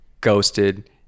ghosted